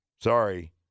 Sorry